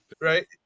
Right